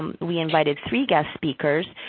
we invited three guest speakers,